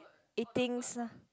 eating s~